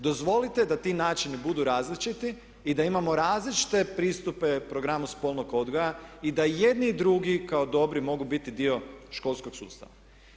Dozvolite da ti načini budu različiti i da imamo različite pristupe programu spolnog odgoja i da jedni i drugi kao dobri mogu biti dio školskog sustava.